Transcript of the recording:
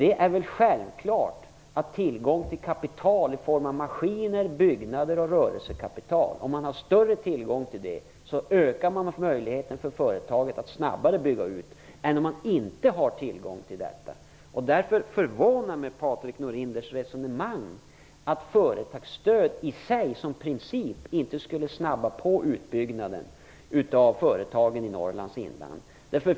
Det är väl självklart att större tillgång till kapital i form av maskiner, byggnader och rörelsekapital ger ökade möjligheter för företaget att snabbare bygga ut jämfört med om man inte hade haft tillgång till detta. Därför förvånar mig Patrik Norinders resonemang om att företagsstöd i sig som princip inte skulle snabba på utbyggnaden av företagen i Norrlands inland.